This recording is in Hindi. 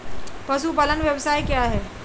पशुपालन व्यवसाय क्या है?